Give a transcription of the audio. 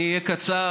אני אהיה קצר.